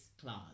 class